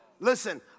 Listen